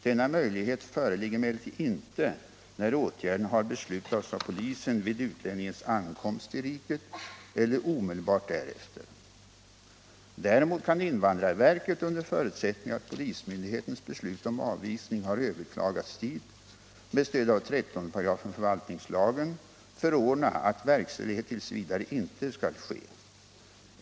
Denna möjlighet föreligger emellertid inte när åtgärden har beslutats av polisen vid utlänningens ankomst till riket eller omedelbart därefter. Däremot kan invandrarverket, under förutsättning att polismyndighetens beslut om avvisning har överklagats dit, med stöd av 133 förvaltningslagen, förordna att verkställighet tills vidare inte skall ske.